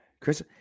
Chris